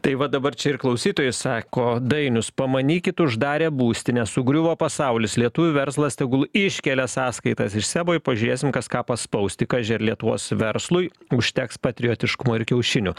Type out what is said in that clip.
tai va dabar čia ir klausytojai sako dainius pamanykit uždarė būstinę sugriuvo pasaulis lietuvių verslas tegul iškelia sąskaitas iš sebo ir pažiūrėsim kas ką paspaus tik kaži ar lietuvos verslui užteks patriotiškumo ir kiaušinių